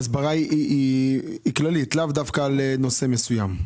ההסברה היא כללית ולאו דווקא לנושא מסוים.